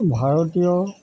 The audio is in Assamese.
ভাৰতীয়